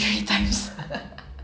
what movie